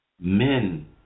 men